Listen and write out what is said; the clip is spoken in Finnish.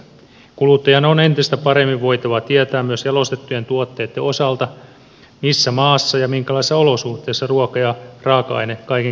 kuluttajan on entistä paremmin voitava tietää myös jalostettujen tuotteitten osalta missä maassa ja minkälaisissa olosuhteissa ruoka ja raaka aine kaiken kaikkiaan tuotetaan